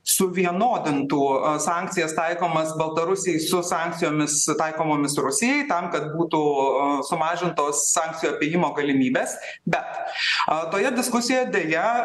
suvienodintų sankcijas taikomas baltarusijai su sankcijomis taikomomis rusijai tam kad būtų sumažintos sankcijų apėjimo galimybės bet toje diskusijoje deja